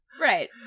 Right